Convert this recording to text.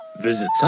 Visit